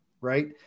right